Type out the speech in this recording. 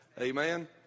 Amen